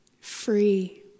free